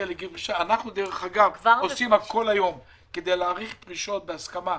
אנחנו עושים הכול היום כדי להאריך גיל פרישה בהסכמה,